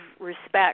respect